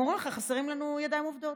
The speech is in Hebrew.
הם אומרים לך: חסרות לנו ידיים עובדות